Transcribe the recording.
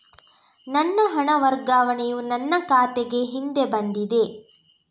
ನನ್ನ ಹಣ ವರ್ಗಾವಣೆಯು ನನ್ನ ಖಾತೆಗೆ ಹಿಂದೆ ಬಂದಿದೆ